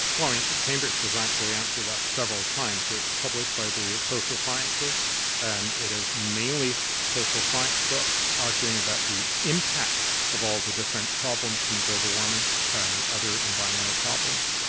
but cambridge has actually answered that several times. it's published by the social sciences and it is mainly a social science book arguing about the impact of all the different problems from global warming and other environmental problems.